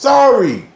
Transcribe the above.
Sorry